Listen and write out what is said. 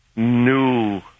New